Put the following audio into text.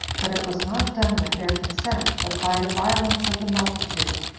that it was not done with their consent, but by the violence of the multitude,